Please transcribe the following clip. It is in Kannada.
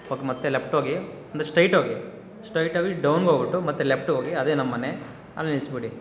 ಇವಾಗ ಮತ್ತು ಲೆಪ್ಟೋಗಿ ಮುಂದೆ ಸ್ಟ್ರೈಟೋಗಿ ಸ್ಟ್ರೈಟೋಗಿ ಡೌನ್ಗೋಗಿಬಿಟ್ಟು ಮತ್ತು ಲೆಪ್ಟ್ಗೋಗಿ ಅದೇ ನಮ್ಮಮನೆ ಅಲ್ಲಿ ನಿಲ್ಸಿಬಿಡಿ